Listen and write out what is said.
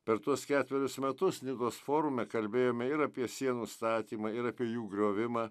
per tuos ketverius metus nidos forume kalbėjome ir apie sienų statymą ir apie jų griovimą